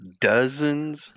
dozens